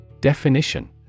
Definition